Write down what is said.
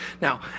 Now